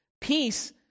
Peace